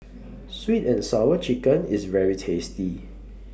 Sweet and Sour Chicken IS very tasty